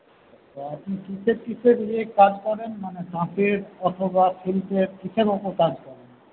আচ্ছা আপনি কীসের কীসের নিয়ে কাজ করেন মানে তাঁতের অথবা সিল্কের কীসের উপর কাজ করেন